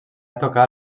tocar